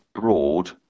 Broad